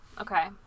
Okay